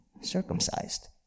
circumcised